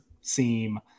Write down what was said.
seem